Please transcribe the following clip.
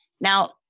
Now